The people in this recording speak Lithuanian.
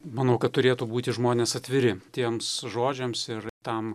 manau kad turėtų būti žmonės atviri tiems žodžiams ir tam